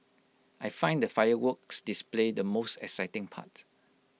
I find the fireworks display the most exciting part